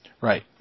Right